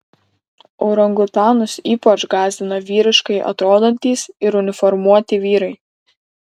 orangutanus ypač gąsdina vyriškai atrodantys ir uniformuoti vyrai